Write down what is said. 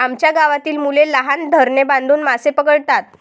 आमच्या गावातील मुले लहान धरणे बांधून मासे पकडतात